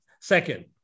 Second